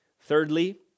Thirdly